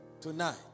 tonight